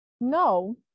no